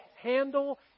handle